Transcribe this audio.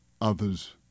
others